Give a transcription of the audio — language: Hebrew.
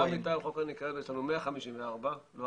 לא, גם מטעם חוק הניקיון יש לנו 154 ב-2019.